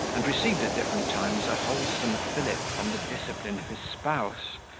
and received at different times a wholesome fillip from the discipline of his spouse,